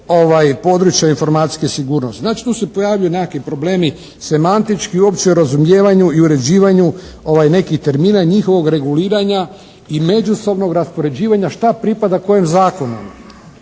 područja informacijske sigurnosti. Znači, tu se pojavljuju nekakvi problemi semantički uopće razumijevanju i uređivanju nekih termina, njihovog reguliranja i međusobnog raspoređivanja šta pripada kojem zakonu.